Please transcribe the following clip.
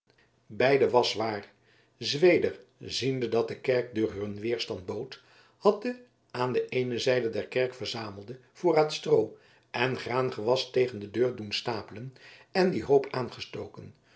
beide was waar zweder ziende dat de kerkdeur hun weerstand bood had den aan de eene zijde der kerk verzamelden voorraad stroo en graangewas tegen de deur doen stapelen en dien hoop aangestoken